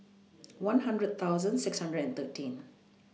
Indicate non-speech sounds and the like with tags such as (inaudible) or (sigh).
(noise) one hundred thousand six hundred and thirteen